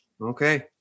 Okay